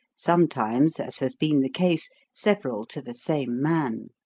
sometimes, as has been the case, several to the same man.